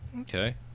okay